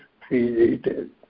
created